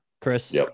Chris